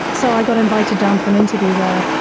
so, i got invited down for an interview there,